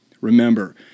Remember